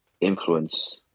influence